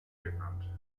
genannt